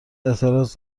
اعتراض